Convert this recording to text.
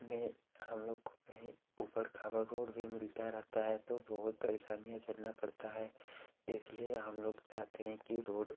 में हम लोग को कहीं ऊबड़ खाबड़ रोड भी मिलती रहती है तो बहुत परेशानियाँ झेलना पड़ता है इसलिए हम लोग चाहते हैं कि रोड